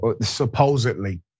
supposedly